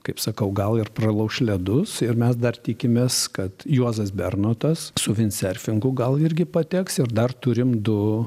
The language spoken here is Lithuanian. kaip sakau gal ir pralauš ledus ir mes dar tikimės kad juozas bernotas su vindserfingu gal irgi pateks ir dar turim du